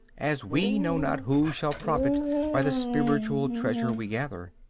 as we know not who shall profit by the spiritual treasure we gather.